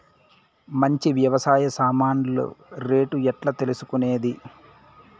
మంచి వ్యవసాయ సామాన్లు రేట్లు ఎట్లా తెలుసుకునేది?